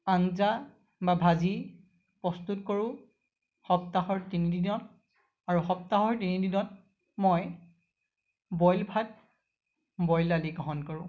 আঞ্জা বা ভাজি প্ৰস্তুত কৰোঁ সপ্তাহৰ তিনিদিনত আৰু সপ্তাহৰ তিনিদিনত মই বইল ভাত বইল দালি গ্ৰহণ কৰোঁ